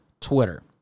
Twitter